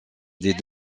des